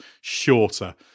shorter